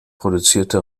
produzierte